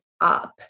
up